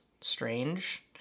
strange